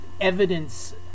evidence